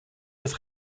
des